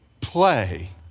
play